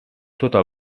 tota